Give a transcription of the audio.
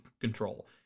control